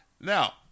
Now